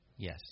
Yes